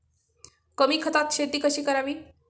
कमी खतात शेती कशी करावी?